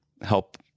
help